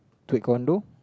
taekwondo